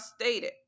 stated